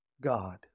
God